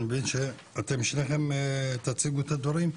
אני מבין ששניכם תציגו את הדברים.